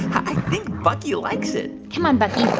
i think bucky likes it come on, bucky.